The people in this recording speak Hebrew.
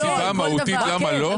לימור, יש סיבה מהותית למה לא?